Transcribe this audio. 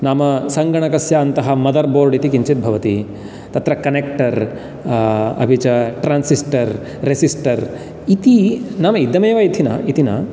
नामः सङ्गणकस्य अन्तः मदर्बोर्ड् इति किञ्चिद् भवति तत्र कनेक्टर्र् अपि च इति नाम इदमेव इथि न इति न